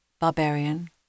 barbarian